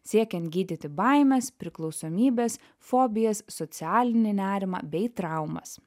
siekiant gydyti baimes priklausomybes fobijas socialinį nerimą bei traumas